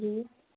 जी